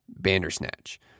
Bandersnatch